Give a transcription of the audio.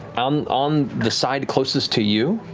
um on the side closest to you,